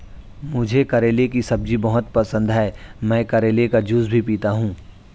मुझे करेले की सब्जी बहुत पसंद है, मैं करेले का जूस भी पीता हूं